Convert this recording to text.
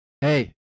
Hey